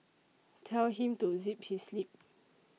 tell him to zip his lip